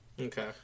Okay